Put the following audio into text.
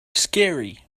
scary